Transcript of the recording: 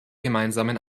gemeinsamen